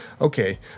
okay